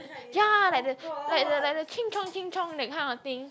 ya like the like the like Ching Chong Ching Chong that kind of thing